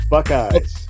Buckeyes